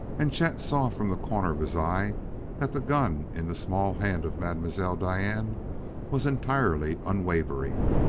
and chet saw from the corner of his eye that the gun in the small hand of mademoiselle diane was entirely unwavering.